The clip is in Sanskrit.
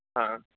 ह